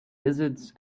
lizards